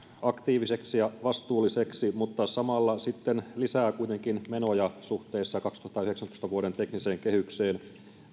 aktiiviseksi ja vastuulliseksi mutta samalla sitten lisää kuitenkin menoja suhteessa vuoden kaksituhattayhdeksäntoista tekniseen kehykseen